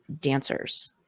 dancers